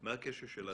מה הקשר שלך